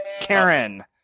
Karen